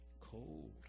cold